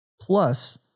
plus